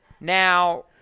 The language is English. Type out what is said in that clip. Now